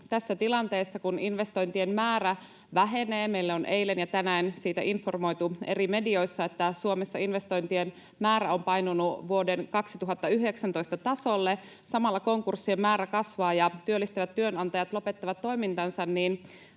tilanteessa, kun investointien määrä vähenee — meille on eilen ja tänään siitä informoitu eri medioissa, että Suomessa investointien määrä on painunut vuoden 2019 tasolle, samalla konkurssien määrä kasvaa ja työllistävät työnantajat lopettavat toimintansa —